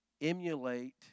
emulate